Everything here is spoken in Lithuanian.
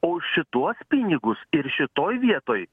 o šituos pinigus ir šitoj vietoj